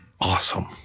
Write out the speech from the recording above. awesome